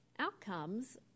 Outcomes